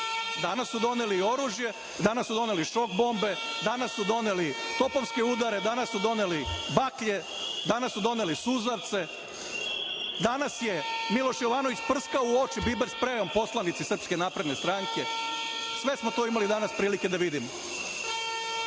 Danas su doneli i oružje. Danas su doneli šok bombe. Danas su doneli topovske udare. Danas su doneli baklje. Danas su doneli suzavce. Danas je Miloš Jovanović prskao u oči biber sprejom poslanici Srpske napredne stranke. Sve smo to imali danas prilike da vidimo. Dakle,